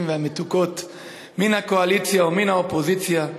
והמתוקות מן הקואליציה ומן האופוזיציה,